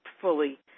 fully